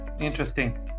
Interesting